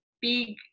big